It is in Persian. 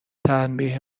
تنبیه